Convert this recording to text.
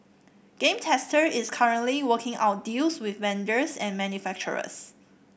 Game Tester is currently working out deals with vendors and manufacturers